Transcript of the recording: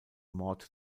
mord